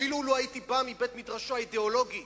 אפילו לו הייתי בא מבית-מדרשו האידיאולוגי